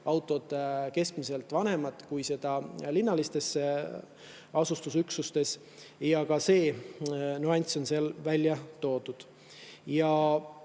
autod keskmiselt vanemad kui linnalistes asustusüksustes. Ka see nüanss on seal välja toodud.